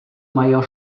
meyer